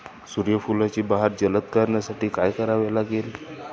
सूर्यफुलाची बहर जलद करण्यासाठी काय करावे लागेल?